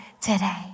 today